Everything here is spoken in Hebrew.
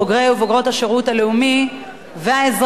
בוגרי ובוגרות השירות הלאומי והאזרחי,